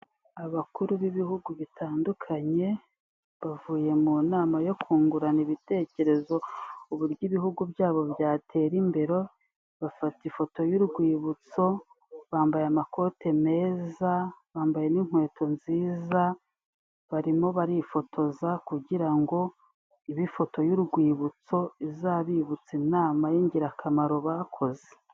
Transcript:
Abakuru b'Ibihugu bitandukanye bavuye mu nama yo kungurana ibitekerezo by'uburyo Ibihugu byabo byatera imbere, bafata ifoto y'urwibutso, bambaye amakote meza bambaye n'inkweto nziza barimo barifotoza kugira ngo ibe ifoto y'urwibutso, izabibutsa inama y'ingirakamaro bakoze.